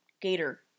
gator